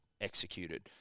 executed